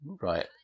right